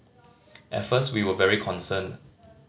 at first we were very concerned